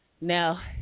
Now